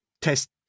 test